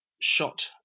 shot